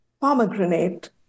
pomegranate